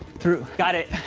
through, got it.